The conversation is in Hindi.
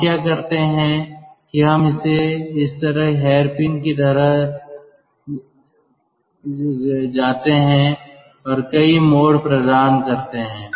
हम क्या करते हैं कि हम इसे इस तरह हेयरपिन की तरह जाते हैं और कई मोड़ प्रदान करते हैं